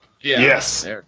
Yes